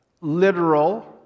literal